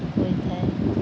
ହୋଇଥାଏ